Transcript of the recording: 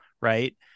right